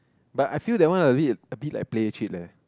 but I feel that one a bit a bit like play cheat leh